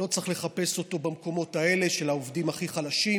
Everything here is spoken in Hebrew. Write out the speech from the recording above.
לא צריך לחפש אותו במקומות האלה של העובדים הכי חלשים.